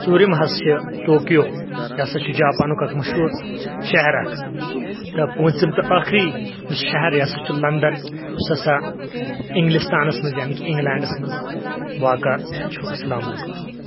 ژوٗرِم حظ چھ ٹوکِیو یہِ ہسا چھُ جاپانُک اکھ مشہور شہر اکھ تہٕ پونٛژم تہٕ ٲخری یُس شہر یہِ ہسا چھُ لنٛڈن یُس ہسا انگلِستانس منٛز یعنی کہِ انگلینٛڈس منٛز واقعہ چھُ اسلامُ علیکُم